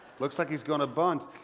looks like he's gonna bunt.